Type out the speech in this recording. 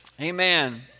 Amen